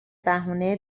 بهونه